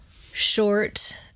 short